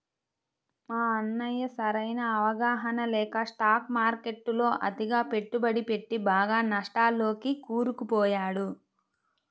మా అన్నయ్య సరైన అవగాహన లేక స్టాక్ మార్కెట్టులో అతిగా పెట్టుబడి పెట్టి బాగా నష్టాల్లోకి కూరుకుపోయాడు